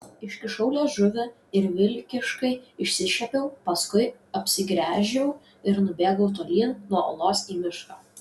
iškišau liežuvį ir vilkiškai išsišiepiau paskui apsigręžiau ir nubėgau tolyn nuo olos į mišką